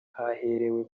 haherewe